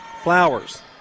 Flowers